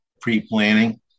pre-planning